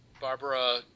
Barbara